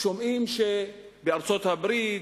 שומעים שבארצות-הברית,